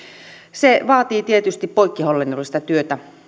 se vaatii tietysti poikkihallinnollista työtä